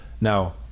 Now